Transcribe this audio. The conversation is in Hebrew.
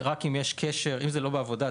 אם זה לא בעבודה,